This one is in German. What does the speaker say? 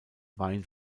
wein